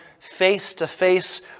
face-to-face